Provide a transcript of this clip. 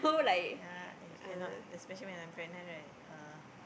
ya eh cannot especially when I'm pregnant right ugh